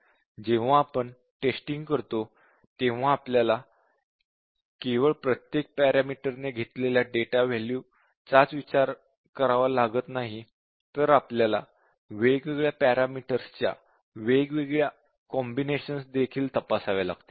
जेव्हा आपण टेस्टिंग करतो तेव्हा आपल्याला केवळ प्रत्येक पॅरामीटर ने घेतलेल्या डेटा वॅल्यू चाच विचार करावा लागणार नाही तर आपल्याला वेगवेगळ्या पॅरामीटर्सच्या वेगवेगल्या जोड्या देखील तपासाव्या लागतात